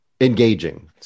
engaging